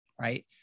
Right